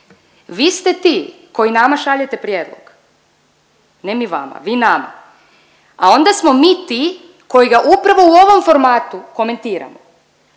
Vi ste ti koji nama šaljete prijedlog, ne mi vama, vi nama, a onda smo mi ti koji ga upravo u ovom formatu komentiramo,